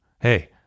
Hey